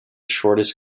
shortest